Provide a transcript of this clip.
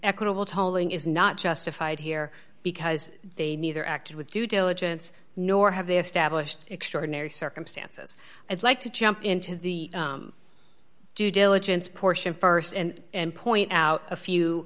equitable tolling is not justified here because they neither acted with due diligence nor have they established extraordinary circumstances i'd like to jump into the due diligence portion st and point out a few